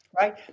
right